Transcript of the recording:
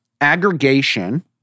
aggregation